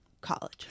college